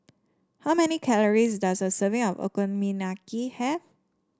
how many calories does a serving of Okonomiyaki have